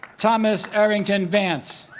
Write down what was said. thomas arrington vance